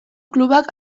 klubak